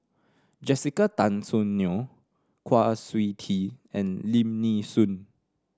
Jessica Tan Soon Neo Kwa Siew Tee and Lim Nee Soon